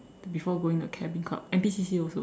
before going the cabbing club N_P_C_C also